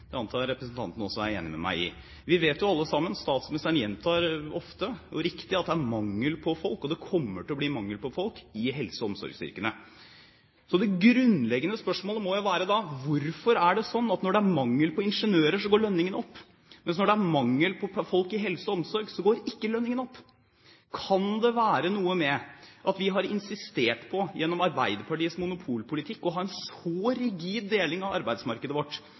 Det antar jeg representanten også er enig med meg i. Vi vet jo alle sammen, og statsministeren gjentar ofte – og riktig – at det er mangel på folk, og det kommer til å bli mangel på folk i helse- og omsorgsyrkene. Så det grunnleggende spørsmålet må være: Hvorfor er det sånn at når det er mangel på ingeniører, går lønningene opp, mens når det er mangel på folk i helse- og omsorgsyrkene, går ikke lønningene opp? Kan det være noe med at vi har insistert på, gjennom Arbeiderpartiets monopolpolitikk, å ha en så rigid deling av arbeidsmarkedet vårt